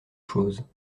choses